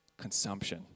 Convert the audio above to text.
Consumption